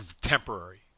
temporary